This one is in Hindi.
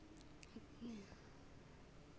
कितने